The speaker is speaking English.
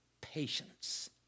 patience